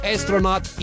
Astronaut